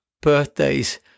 birthdays